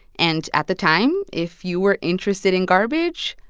and at the time, if you were interested in garbage,